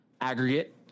aggregate